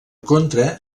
contra